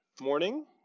morning